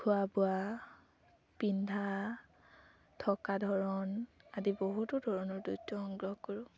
খোৱা বোৱা পিন্ধা থকা ধৰণ আদি বহুতো ধৰণৰ তথ্য সংগ্ৰহ কৰোঁ